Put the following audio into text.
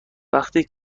وقتی